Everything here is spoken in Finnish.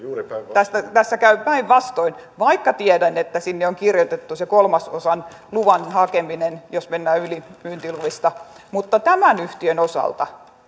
tässä käy päinvastoin vaikka tiedän että sinne on kirjoitettu se kolmasosan luvan hakeminen jos mennään yli myyntiluvista mutta tämän yhtiön osalta